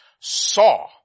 saw